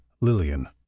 Lillian